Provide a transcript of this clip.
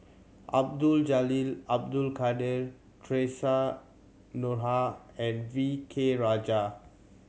Abdul Jalil Abdul Kadir Theresa Noronha and V K Rajah